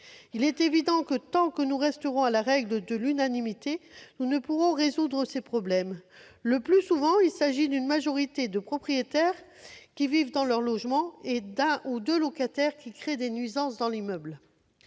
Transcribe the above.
Il est évident qu'en conservant la règle de l'unanimité, nous ne pourrons résoudre ces problèmes. Le plus souvent, il s'agit d'une majorité de propriétaires qui vivent dans leurs logements et d'un ou deux locataires qui créent des nuisances dans l'immeuble.